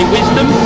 Wisdom